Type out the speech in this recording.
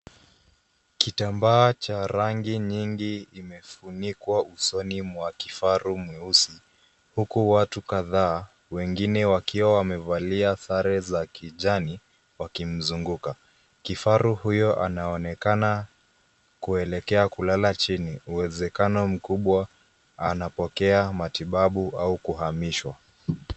Kitambaa cha rangi nyingi kimefunikwa usoni mwa kifaru mweusi huku watu kadhaa wengine wakiwa wamevalia sare za kijani wakimzunguka. Kifaru huyo anaonekana kuelekea kulala chini uwezakano mkubwa naapokea matibabu au kuhamishwa.